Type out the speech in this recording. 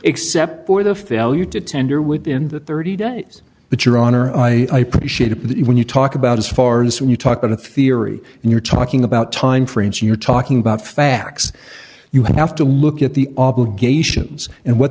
except for the failure to tender within the thirty days but your honor i appreciate it when you talk about as far as when you talk about a theory and you're talking about timeframes you're talking about facts you have to look at the obligations and what